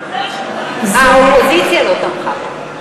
לא תמכה בה, האופוזיציה לא תמכה בה.